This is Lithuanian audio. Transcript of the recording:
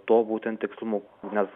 to būtent tikslumu nes